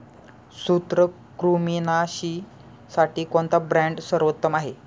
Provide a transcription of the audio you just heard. सूत्रकृमिनाशीसाठी कोणता ब्रँड सर्वोत्तम आहे?